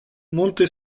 molte